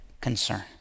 concern